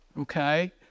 okay